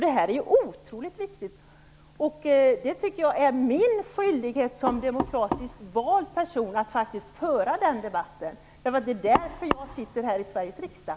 Det är kolossalt viktigt. Det är min skyldighet som demokratiskt vald person att föra den debatten. Det är därför jag sitter i Sveriges riksdag.